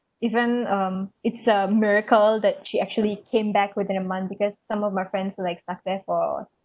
even um it's a miracle that she actually came back within a month because some of my friends like stuck there for